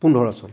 পোন্ধৰ চন